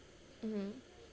mmhmm